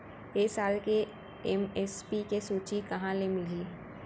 ए साल के एम.एस.पी के सूची कहाँ ले मिलही?